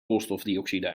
koolstofdioxide